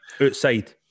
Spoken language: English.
outside